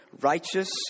righteous